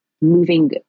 moving